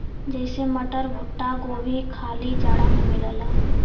जइसे मटर, भुट्टा, गोभी खाली जाड़ा मे मिलला